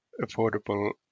affordable